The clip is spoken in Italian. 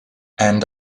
end